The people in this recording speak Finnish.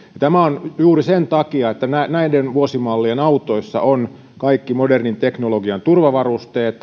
tämä on juuri sen takia että näiden vuosimallien autoissa on lähes kaikki modernin teknologian turvavarusteet